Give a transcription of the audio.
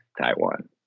Taiwan